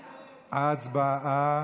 הצבעה.